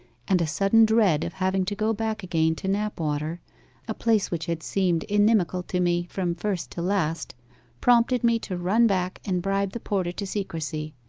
and a sudden dread of having to go back again to knapwater a place which had seemed inimical to me from first to last prompted me to run back and bribe the porter to secrecy.